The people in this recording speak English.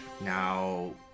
Now